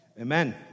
amen